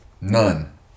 None